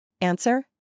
Answer